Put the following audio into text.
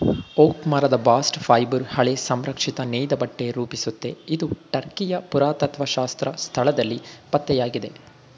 oak ಮರದ bast fibre ಹಳೆ ಸಂರಕ್ಷಿತ ನೇಯ್ದಬಟ್ಟೆ ರೂಪಿಸುತ್ತೆ ಇದು ಟರ್ಕಿಯ ಪುರಾತತ್ತ್ವಶಾಸ್ತ್ರ ಸ್ಥಳದಲ್ಲಿ ಪತ್ತೆಯಾಗಿದೆ